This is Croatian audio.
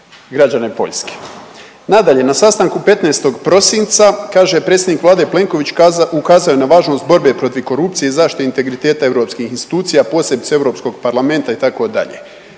građane Poljske. Nadalje, na sastanku 15. prosinca kaže predsjednik Vlade Plenković ukazao je na važnost borbe protiv korupcije i zaštite integriteta europskih institucija, posebice Euorpskog parlamenta, itd.,